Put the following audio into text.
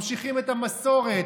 ממשיכים את המסורת,